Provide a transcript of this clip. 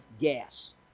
gas